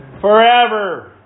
Forever